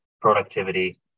productivity